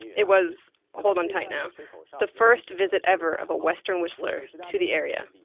it was hold on tight now the first visit ever of a western whistler to the area.